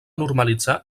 normalitzar